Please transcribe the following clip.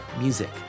music